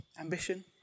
ambition